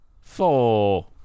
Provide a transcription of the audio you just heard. Four